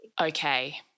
okay